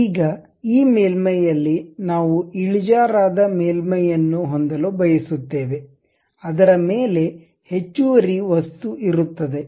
ಈಗ ಈ ಮೇಲ್ಮೈಯಲ್ಲಿ ನಾವು ಇಳಿಜಾರಾದ ಮೇಲ್ಮೈಯನ್ನು ಹೊಂದಲು ಬಯಸುತ್ತೇವೆ ಅದರ ಮೇಲೆ ಹೆಚ್ಚುವರಿ ವಸ್ತು ಇರುತ್ತದೆ